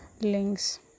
links